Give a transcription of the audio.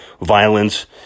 violence